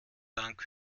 dank